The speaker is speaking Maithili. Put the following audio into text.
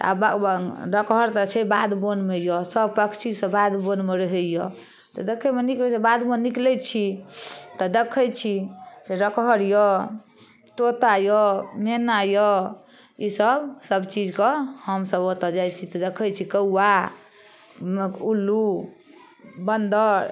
डकहर तऽ छै बाध बोनमे यए सभ पक्षी सभ बाध बोनमे रहै यए तऽ देखैमे नीक लगै छै बाध बोन निकलै छी तऽ देखै छी डकहर यए तोता यए मैना यए इसभ सभ चीजके हम सभ ओतौ जाइ छी तऽ देखै छी कौआ उल्लू बन्दर